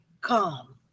come